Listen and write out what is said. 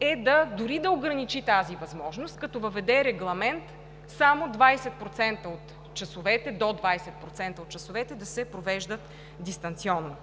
е дори да ограничи тази възможност, като въведе регламент до 20% от часовете да се провеждат дистанционно.